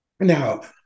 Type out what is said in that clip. Now